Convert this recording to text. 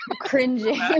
cringing